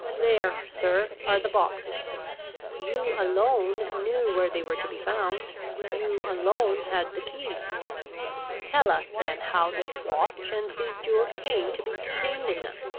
there, sir, are the boxes you alone knew where they were to be found you alone had the keys tell us then how this watch and these jewels came to be contained in them?